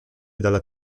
dalla